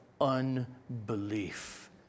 unbelief